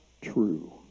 true